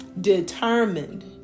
determined